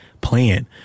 plan